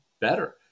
better